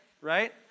right